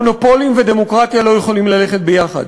מונופולים ודמוקרטיה לא יכולים ללכת ביחד.